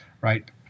right